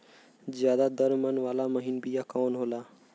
ज्यादा दर मन वाला महीन बिया कवन होला?